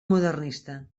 modernista